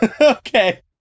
Okay